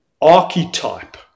archetype